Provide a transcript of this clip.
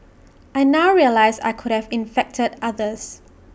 I now realize I could have infected others